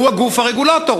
והוא הרגולטור,